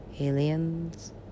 aliens